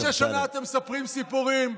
46 שנה אתם מספרים סיפורים.